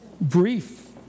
Brief